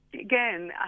again